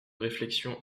réflexion